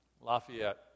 Lafayette